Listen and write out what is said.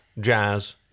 jazz